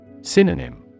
Synonym